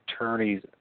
attorneys